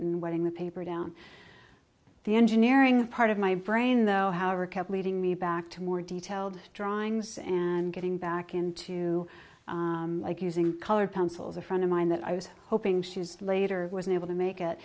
and wetting the paper down the engineering part of my brain though however kept leading me back to more detailed drawings and getting back into like using colored pencils a friend of mine that i was hoping she was later was unable to make it